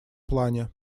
плане